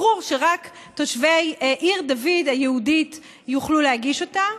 ברור שרק תושבי עיר דוד היהודית יוכלו להגיש אותה.